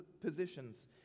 positions